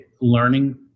learning